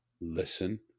listen